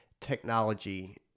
technology